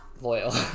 loyal